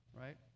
Right